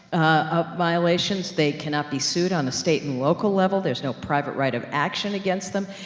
ah, violations. they cannot be sued on the state and local level. there's no private right of action against them,